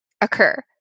occur